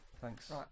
Thanks